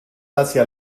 hacia